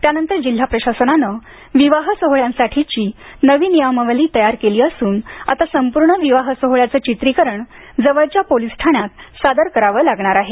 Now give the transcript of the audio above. त्यानंतर जिल्हा प्रशासनानं विवाह सोहोळ्यासाठीची नवी नियमावली तयार केली असून आता संपूर्ण विवाह सोहोळ्याचं चित्रीकरण जवळच्या पोलीस ठाण्यात सादर करावं लागणार आहे